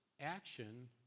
action